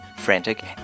Frantic